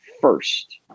first